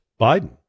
Biden